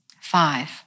Five